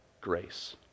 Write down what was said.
grace